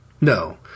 No